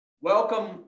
welcome